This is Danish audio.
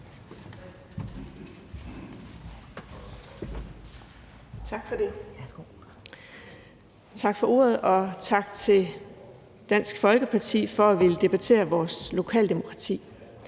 Vind (S): Tak for ordet, og tak til Dansk Folkeparti for at ville debattere vores lokaldemokrati.